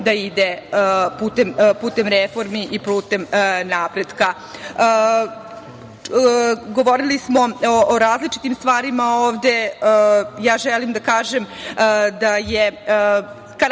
da ide putem reformi i putem napretka. Govorili smo o različitim stvarima ovde. Želim da kažem da je karakter